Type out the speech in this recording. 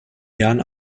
jahren